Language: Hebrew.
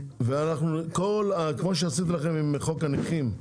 כמו שעשיתי לכם עם חוק הנכים,